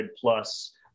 plus